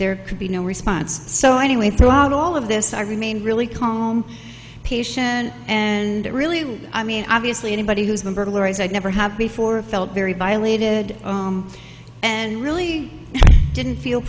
there could be no response so anyway throughout all of this i remain really calm patient and really i mean obviously anybody who's been burglarize i never have before felt very violated and really didn't feel